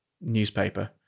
newspaper